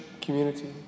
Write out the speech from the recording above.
community